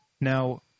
Now